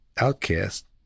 outcast